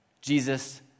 Jesus